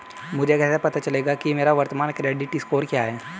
मुझे कैसे पता चलेगा कि मेरा वर्तमान क्रेडिट स्कोर क्या है?